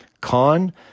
Con